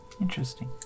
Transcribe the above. Interesting